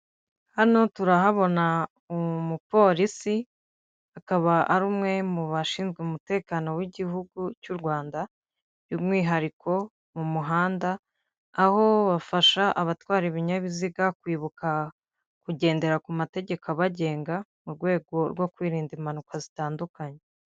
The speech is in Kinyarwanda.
Hano turahabona umupolisi, akaba ari umwe mu bashinzwe umutekano w'igihugu cy'u Rwanda, byumwihariko mu muhanda, aho bafasha abatwara ibinyabiziga kwibuka kugendera ku mategeko abagenga, mu rwego rwo kwirinda impanuka zitandukanye.